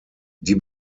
die